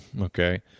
okay